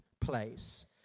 place